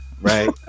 right